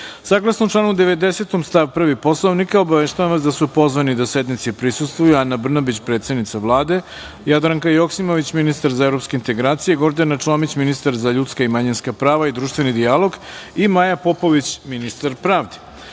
sati. Saglasno članu 90. stav 1. Poslovnika, obaveštavam vas da su pozvani da sednici prisustvuju: Ana Brnabić, predsednica Vlade, Jadranka Joksimović, ministar za evropske integracije, Gordana Čomić, ministar za ljudska i manjinska prava i društveni dijalog i Maja Popović, ministar pravde. Molim